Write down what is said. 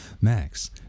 Max